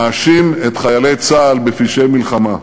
מאשים את חיילי צה"ל בפשעי מלחמה.